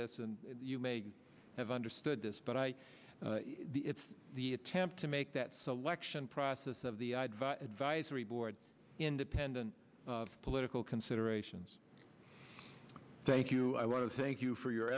this and you may have understood this but i the it's the attempt to make that selection process of the advisory board independent political considerations thank you i want to thank you for your